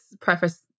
preface